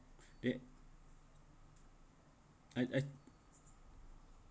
they I I